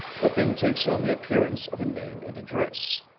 the thing takes on the appearance of a name and address.